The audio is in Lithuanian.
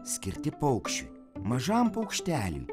skirti paukščiui mažam paukšteliui